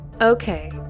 Okay